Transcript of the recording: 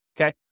okay